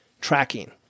tracking